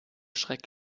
schreck